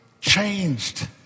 changed